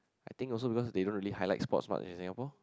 I think also because they don't really highlight sports much in Singapore